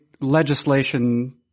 legislation